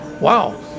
Wow